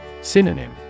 Synonym